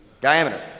diameter